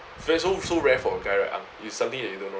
so so rare for a guy right I'm it's something that you don't know